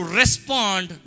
respond